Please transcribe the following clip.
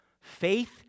Faith